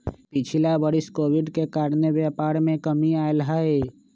पिछिला वरिस में कोविड के कारणे व्यापार में कमी आयल हइ